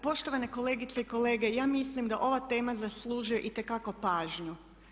Poštovane kolegice i kolege, ja mislim da ova tema zaslužuje itekako pažnju.